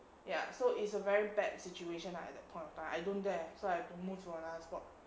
ya so it's a very bad situation lah at that point of time I don't dare so I have to move to another spot